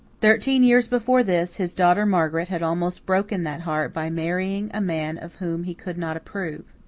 thirteen years before this, his daughter margaret had almost broken that heart by marrying a man of whom he could not approve.